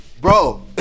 Bro